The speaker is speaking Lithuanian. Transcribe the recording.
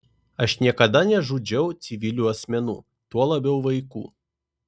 aš niekada nežudžiau civilių asmenų tuo labiau vaikų